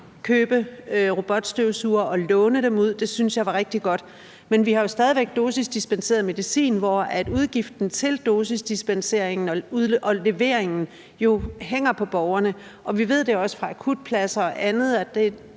købe robotstøvsugere og låne dem ud – det synes jeg var rigtig godt – men vi har stadig væk dosisdispenseret medicin, hvor udgiften til dosisdispenseringen og leveringen jo hænger på borgerne. Vi ved også fra akutpladser og andet,